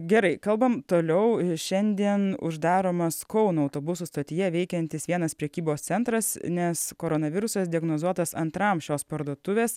gerai kalbam toliau šiandien uždaromas kauno autobusų stotyje veikiantis vienas prekybos centras nes koronavirusas diagnozuotas antram šios parduotuvės